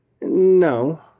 No